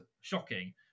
shocking